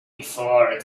before